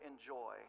enjoy